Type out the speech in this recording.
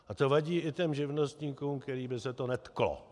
A to vadí i těm živnostníkům, kterých by se to netklo.